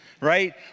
right